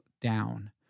down